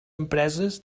empreses